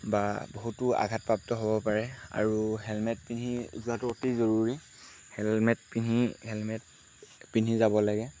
বা বহুতো আঘাতপ্ৰাপ্ত হ'ব পাৰে আৰু হেলমেট পিন্ধি যোৱাটো অতি জৰুৰী হেলমেট পিন্ধি হেলমেট পিন্ধি যাব লাগে